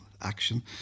action